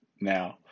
Now